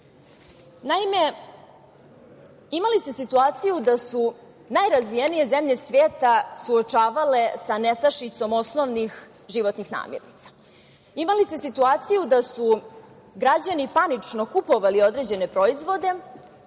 Naime, imali ste situaciju da su se najrazvijenije zemlje sveta suočavale sa nestašicom osnovnih životnih namirnica. Imali ste situaciju da su građani panično kupovali određene proizvode